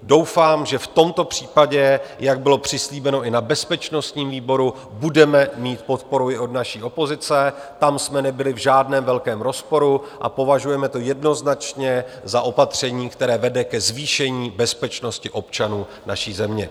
Doufám, že v tomto případě, jak bylo přislíbeno i na bezpečnostním výboru, budeme mít podporu i od naší opozice, tam jsme nebyli v žádném velkém rozporu, a považujeme to jednoznačně za opatření, které vede ke zvýšení bezpečnosti občanů naší země.